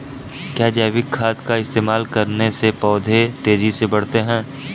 क्या जैविक खाद का इस्तेमाल करने से पौधे तेजी से बढ़ते हैं?